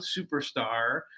superstar